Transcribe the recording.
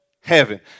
heaven